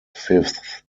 fifth